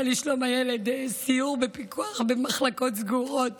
לשלום הילד סיור בפיקוח במחלקות סגורות